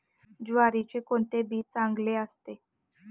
ज्वारीचे कोणते बी चांगले असते?